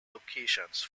locations